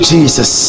Jesus